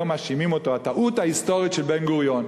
היום מאשימים אותו: הטעות ההיסטורית של בן-גוריון.